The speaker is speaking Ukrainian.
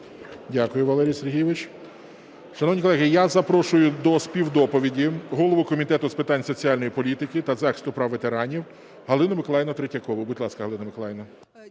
Дякую, Валерій Сергійович. Шановні колеги, я запрошую до співдоповіді голову Комітету з питань соціальної політики та захисту прав ветеранів Галину Миколаївну Третьякову.